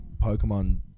Pokemon